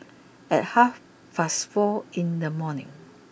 at half past four in the morning